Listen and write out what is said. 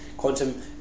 Quantum